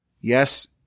yes